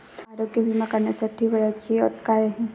आरोग्य विमा काढण्यासाठी वयाची अट काय आहे?